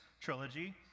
trilogy